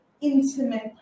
intimate